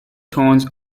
tones